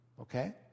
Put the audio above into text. okay